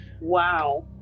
Wow